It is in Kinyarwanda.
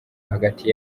hagati